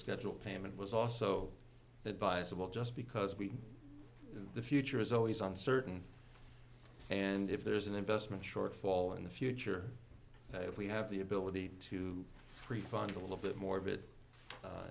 schedule payment was also advisable just because we the future is always uncertain and if there is an investment shortfall in the future if we have the ability to prefund a little bit more